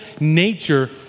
nature